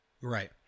Right